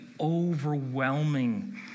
overwhelming